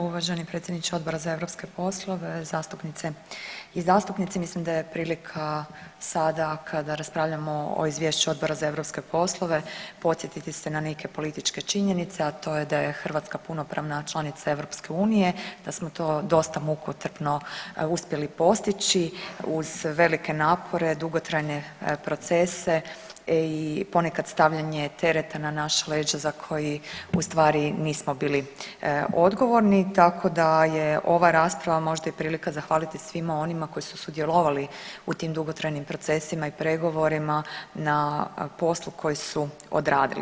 Uvaženi predsjedniče Odbora za europske poslove, zastupnice i zastupnici, mislim da je prilika sada kada raspravljamo o izvješću Odbora za europske poslove podsjetiti se na neke političke činjenice, a to je da je Hrvatska punopravna članica EU, da smo to dosta mukotrpno uspjeli postići uz velike napore, dugotrajne procese i ponekad stavljanje tereta na naša leđa za koji u stvari nismo bili odgovorni, tako da je ova rasprava možda i prilika zahvaliti svima onima koji su sudjelovali u tim dugotrajnim procesima i pregovorima na poslu koji su odradili.